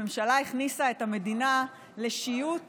הממשלה הכניסה את המדינה לשיוט